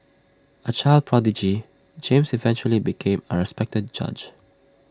A child prodigy James eventually became A respected judge